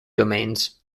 domains